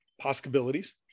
Possibilities